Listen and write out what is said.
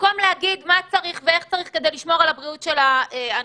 במקום להגיד מה צריך כדי לשמור על הבריאות של האנשים,